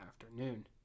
afternoon